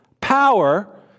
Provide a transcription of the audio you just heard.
power